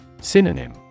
Synonym